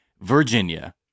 Virginia